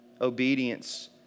obedience